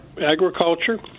agriculture